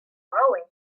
rowing